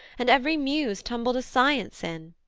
and every muse tumbled a science in.